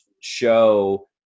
show